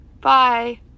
Bye